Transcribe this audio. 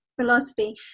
philosophy